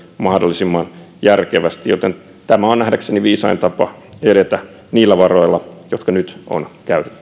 mahdollisimman järkevästi joten tämä on nähdäkseni viisain tapa edetä niillä varoilla jotka nyt on